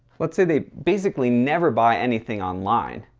let's say they basically never buy anything online.